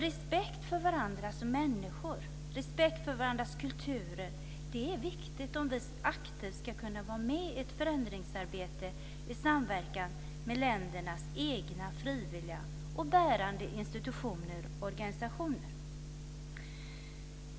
Respekt för varandras människor och för varandras kulturer är viktigt om vi aktivt ska kunna vara med i ett förändringsarbete i samverkan med ländernas egna frivilliga och bärande institutioner och organisationer.